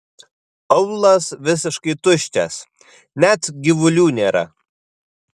aūlas visiškai tuščias net gyvulių nėra